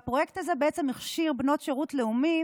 והפרויקט הזה בעצם הכשיר בנות שירות לאומי